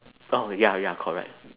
oh ya ya correct